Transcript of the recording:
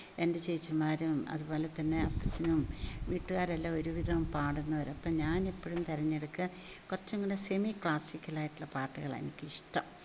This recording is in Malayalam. എൻ്റെ ചേച്ചിമാരും അതു പോലെ തന്നെ അപ്പച്ചനും വീട്ടുകാരെല്ലാം ഒരു വിധം പാടുന്നവരാണ് അപ്പം ഞാൻ എപ്പോഴും തെരെഞ്ഞെടുക്കുക കുറച്ചും കൂടെ സെമിക്ലാസ്സിക്കൽ ആയിട്ടുള്ള പാട്ടുകളാണ് എനിക്ക് ഇഷ്ടം